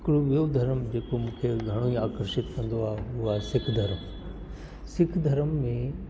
हिकरो ॿियो धर्मु जेको मूंखे घणो ई आकर्षित कंदो आहे उहो आहे सिख धर्मु सिख धर्म में